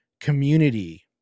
community